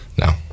no